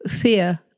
fear